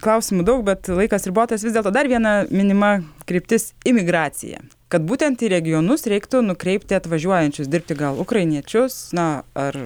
klausimų daug bet laikas ribotas vis dėlto dar viena minima kryptis imigracija kad būtent į regionus reiktų nukreipti atvažiuojančius dirbti gal ukrainiečius na ar